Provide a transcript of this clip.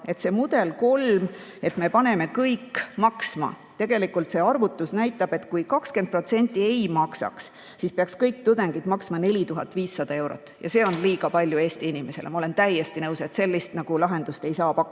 kolmas mudel, et me paneme kõik maksma – arvutus näitab, et kui 20% ei maksaks, siis peaks kõik tudengid maksma 4500 eurot, aga see on liiga suur summa Eesti inimesele. Ma olen täiesti nõus, et sellist lahendust ei saa pakkuda.